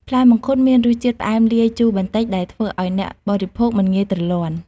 ផ្លែមង្ឃុតមានរសជាតិផ្អែមលាយជូរបន្តិចដែលធ្វើឲ្យអ្នកបរិភោគមិនងាយទ្រលាន់។